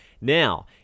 Now